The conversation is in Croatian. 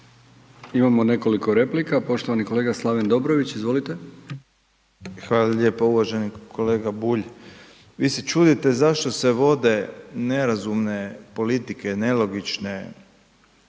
Imamo nekoliko replika, poštovani kolega Slaven Dobrović, izvolite. **Dobrović, Slaven (MOST)** Hvala lijepo. Uvaženi kolega Bulj, vi se čudite zašto se vode nerazumne politike, nelogične, čudne,